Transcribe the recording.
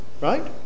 right